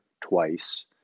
twice